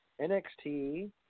NXT